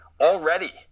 already